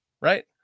right